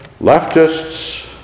leftists